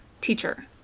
Teacher